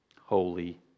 holy